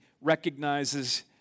recognizes